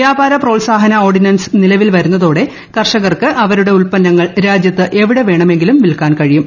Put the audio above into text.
വ്യാപാര പ്രോത്സാഹന ഓർഡിനൻസ് നിലവിൽ വരുന്നതോടെ കർഷകർക്ക് അവരുടെ ഉൽപ്പന്നങ്ങൾ രാജൃത്ത് എവിടെ വേണമെങ്കിലും വിൽക്കാൻ കഴിയും